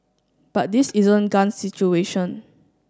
but this isn't guns situation